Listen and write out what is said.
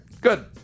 Good